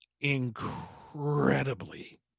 incredibly